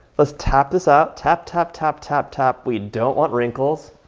let's tap this up, tap, tap, tap, tap, tap. we don't want wrinkles.